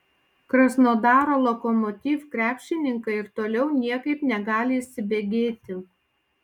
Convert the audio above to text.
krasnodaro lokomotiv krepšininkai ir toliau niekaip negali įsibėgėti